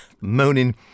Moaning